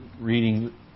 reading